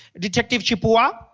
detective chepoa?